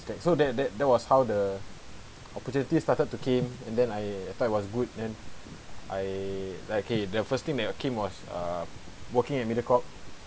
that so that that that was how the opportunity started to came and then I thought it was good then I like okay the first thing that came was uh working at mediacorp